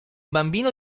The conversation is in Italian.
bambino